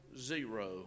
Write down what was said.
zero